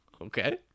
Okay